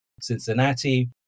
Cincinnati